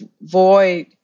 void